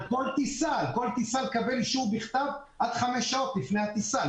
קיבל על כל טיסה אישור בכתב עד חמש שעות לפני הטיסה.